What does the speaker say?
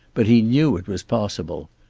but he knew it was possible.